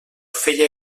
feia